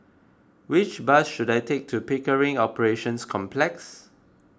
which bus should I take to Pickering Operations Complex